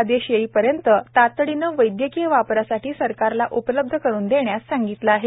भल्लायांनीसर्वउत्पादकांनाद्रवऑक्सिजनचेउत्पादनजास्तीतजास्तकरावेआणिप्ढीलआ देशयेईपर्यंततातडीनेवैद्यकीयवापरासाठीसरकारलाउपलब्धकरुनदेण्याससांगितलंआहे